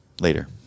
later